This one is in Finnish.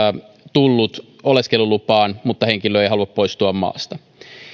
tullut oleskelulupaan mutta henkilö ei halua poistua maasta